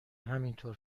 همینطور